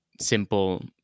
simple